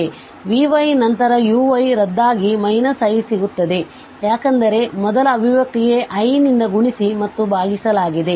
ಆದ್ದರಿಂದvy ನಂತರ uy ರದ್ದಾಗಿ i ಸಿಗುತ್ತದೆ ಯಾಕೆಂದರೆ ಮೊದಲ ಅಭಿವ್ಯಕ್ತಿಗೆ i ನಿಂದ ಗುಣಿಸಿ ಮತ್ತು ಭಾಗಿಸಿಲಾಗಿದೆ